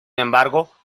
embargo